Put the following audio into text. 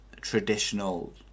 traditional